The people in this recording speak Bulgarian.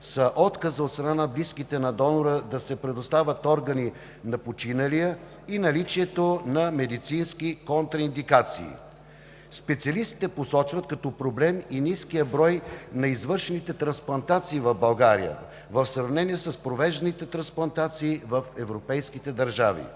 са отказ от страна на близките на донора да се предоставят органи на починалия и наличието на медицински контраиндикации. Специалистите посочват като проблем и ниския брой на извършените трансплантации в България в сравнение с провежданите трансплантации в европейските държави.